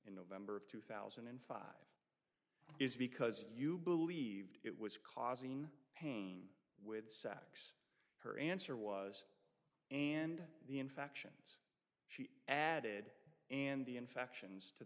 in november of two thousand and five is because you believed it was causing pain with sex her answer was and the infections she added and the infections to